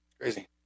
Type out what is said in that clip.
Crazy